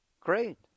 great